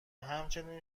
همچنین